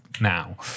now